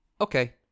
Okay